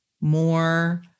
more